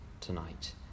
tonight